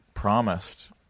promised